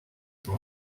from